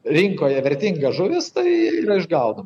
rinkoje vertinga žuvis tai yra išgaudoma